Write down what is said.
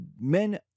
men